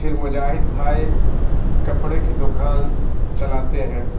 پھر مجاہد بھائی کپڑے کی دکان چلاتے ہیں